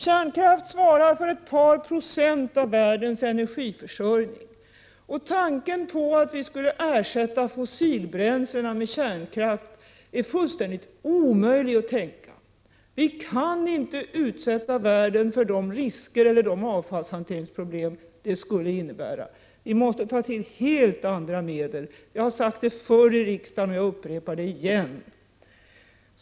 Kärnkraft svarar för ett par procent av världens energiförsörjning, och tanken att vi skulle ersätta fossilbränslena med kärnkraft är fullständigt omöjlig. Vi kan inte utsätta världen för de risker eller de avfallshanteringsproblem det skulle innebära. Vi måste ta till helt andra medel; jag har sagt det förr i riksdagen och jag upprepar det igen.